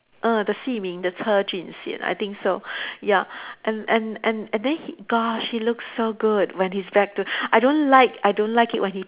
ah the Si Ming the Che Jun Xian I think so ya and and and and then he gosh he look so good when he's back to I don't like I don't like it when he